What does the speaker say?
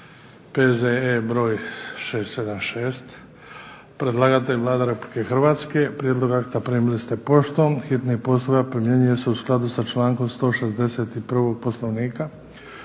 P.Z.E. br. 676 Predlagatelj je Vlada Republike Hrvatske. Prijedlog akta primili ste poštom. Hitni postupak primjenjuje se u skladu sa člankom 161. Poslovnika.